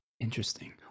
Interesting